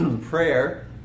prayer